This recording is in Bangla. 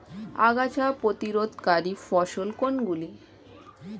আগাছা প্রতিরোধকারী ফসল কোনগুলি?